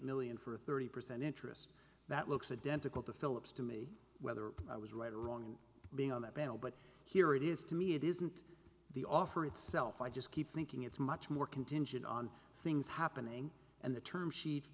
million for a thirty percent interest that looks identical to phillips to me whether i was right or wrong in being on that panel but here it is to me it isn't the offer itself i just keep thinking it's much more contingent on things happening and the term sheet